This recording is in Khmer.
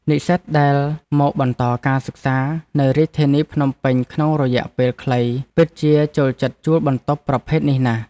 និស្សិតដែលមកបន្តការសិក្សានៅរាជធានីភ្នំពេញក្នុងរយៈពេលខ្លីពិតជាចូលចិត្តជួលបន្ទប់ប្រភេទនេះណាស់។